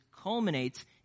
culminates